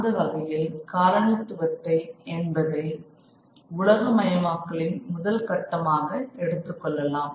அந்த வகையில் காலனித்துவத்தை என்பது உலகமயமாக்கலின் முதல் கட்டமாக எடுத்துக்கொள்ளலாம்